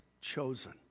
chosen